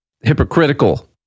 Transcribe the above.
hypocritical